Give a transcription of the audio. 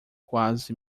quase